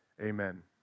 amen